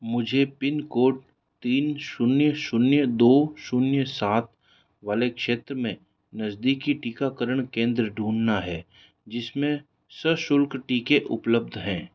मुझे pin code तीन शून्य शून्य दो शून्य सात वाले क्षेत्र में नज़दीकी टीकाकरण केंद्र ढूँढना है जिसमें सशुल्क टीके उपलब्ध हैं